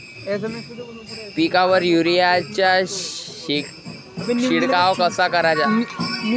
पिकावर युरीया चा शिडकाव कसा कराचा?